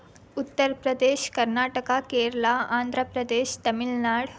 Uttar Pradesh Karnataka Kerala Andhra Pradesh Tamil Nadu